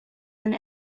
and